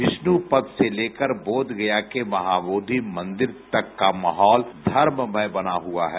विष्णुपद से लेकर बोधगया के महाबोधी मन्दिर तक का माहौल धर्म मय बना हुआ है